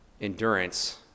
endurance